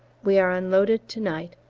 we are unloaded to-night,